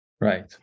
Right